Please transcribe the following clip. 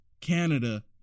Canada